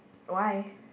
why